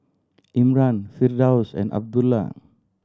Imran Firdaus and Abdullah